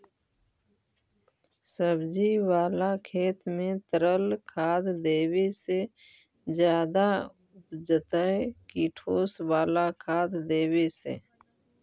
सब्जी बाला खेत में तरल खाद देवे से ज्यादा उपजतै कि ठोस वाला खाद देवे से?